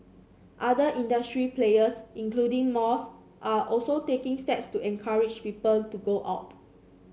other industry players including malls are also taking steps to encourage people to go out